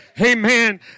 amen